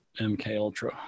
MKUltra